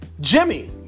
Jimmy